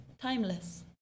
timeless